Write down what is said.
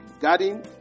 garden